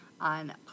on